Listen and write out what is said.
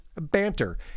banter